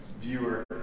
viewer